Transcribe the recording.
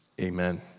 Amen